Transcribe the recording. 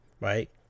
right